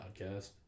podcast